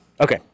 Okay